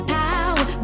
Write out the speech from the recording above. power